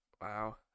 wow